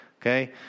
Okay